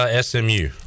SMU